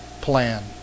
plan